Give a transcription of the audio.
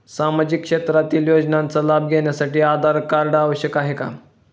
सामाजिक क्षेत्रातील योजनांचा लाभ घेण्यासाठी आधार कार्ड आवश्यक आहे का?